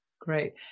Great